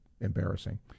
embarrassing